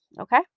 okay